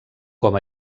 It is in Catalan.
com